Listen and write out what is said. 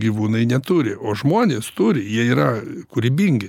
gyvūnai neturi o žmonės turi jie yra kūrybingi